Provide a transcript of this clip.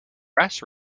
brass